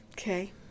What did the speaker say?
okay